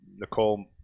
Nicole